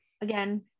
Again